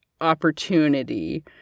opportunity